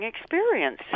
experience